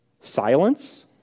Silence